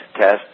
test